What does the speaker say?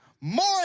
more